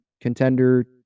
contender